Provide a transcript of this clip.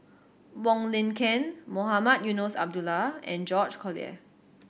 Wong Lin Ken Mohamed Eunos Abdullah and George Collyer